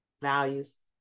values